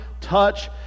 touch